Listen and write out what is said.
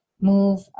move